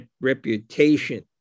reputation